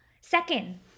Second